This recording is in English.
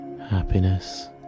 Happiness